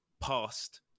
past